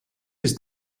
ist